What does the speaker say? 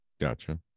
Gotcha